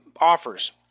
offers